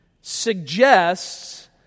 suggests